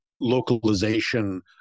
localization